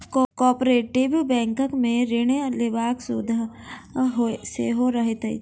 cooperative बैंकमे ऋण लेबाक सुविधा सेहो रहैत अछि